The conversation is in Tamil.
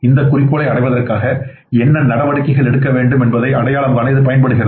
இந்த குறிக்கோள்களை அடைவதற்காக என்னென்ன நடவடிக்கைகள் எடுக்க வேண்டும் என்பதை அடையாளம் காண இது பயன்படுகிறது